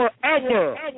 Forever